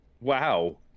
wow